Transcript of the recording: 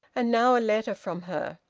and now a letter from her!